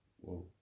Whoa